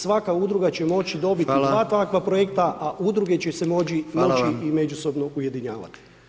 Svaka Udruga će moći dobiti [[Upadica: Hvala]] dva takva projekta, a Udruge će se moći [[Upadica: Hvala]] i međusobno ujedinjavati.